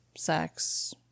sex